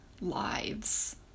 lives